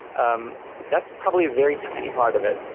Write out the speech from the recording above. um that's probably a very tiny part of it.